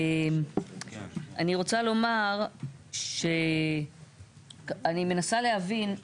אני רוצה לומר שאני מנסה להבין,